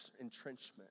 entrenchment